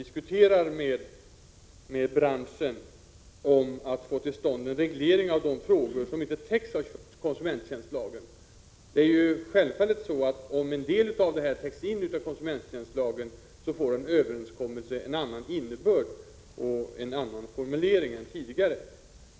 diskuterar med branschen om att få till stånd en reglering av de frågor som inte täcks av konsumenttjänstlagen. Om en del spörsmål täcks in av konsumenttjänstlagen får en överenskom 27 november 1986 melse en annan innebörd och en annan formulering än tidigare.